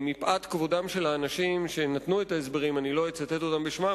מפאת כבודם של האנשים שנתנו את ההסברים אני לא אצטט אותם בשמם,